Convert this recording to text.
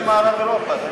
אתה דואג למערב-אירופה,